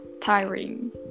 tiring